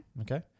Okay